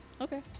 Okay